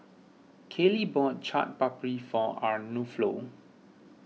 Kaley bought Chaat Papri for